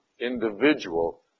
individual